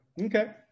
Okay